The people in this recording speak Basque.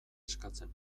eskatzen